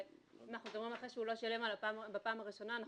ואם אנחנו מדברים אחרי שהוא לא שילם בפעם הראשונה,